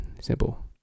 Simple